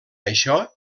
això